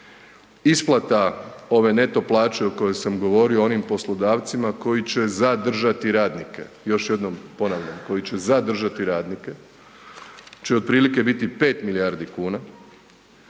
isplata ove neto plaće o kojoj sam govorio onim poslodavcima koji će zadržati radnike, još jednom ponavljam koji će zadržati radnike će otprilike biti 5 milijardi kuna.